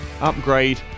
Upgrade